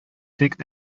тик